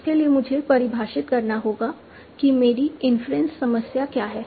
उसके लिए मुझे परिभाषित करना होगा कि मेरी इन्फ्रेंस समस्या क्या है